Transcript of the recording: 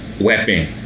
weapon